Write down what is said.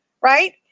right